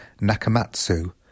Nakamatsu